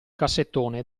cassettone